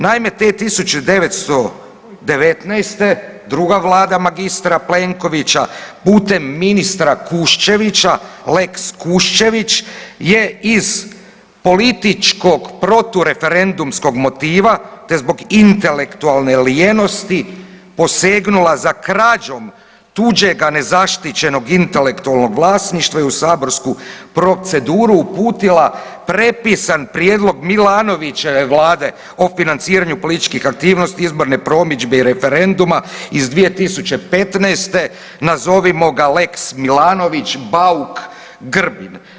Naime, te 1919. druga Vlada magistra Plenkovića putem ministra Kuščevića, lex Kuščević je iz političkog protureferendumskog motiva te zbog intelektualne lijenosti posegnula za krađom tuđega nezaštićenoga intelektualnog vlasništva i u saborsku proceduru uputila prepisan prijedlog Milanovićeve Vlade o financiranju političkih aktivnosti, izborne promidžbe i referenduma iz 2015., nazovimo ga lex Milanović, Bauk, Grbin.